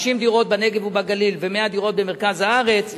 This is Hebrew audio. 50 דירות בנגב ובגליל ו-100 דירות במרכז הארץ,